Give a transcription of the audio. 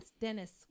Dennis